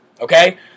Okay